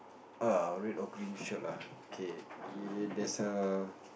err red or green shirt lah K ye~ there's a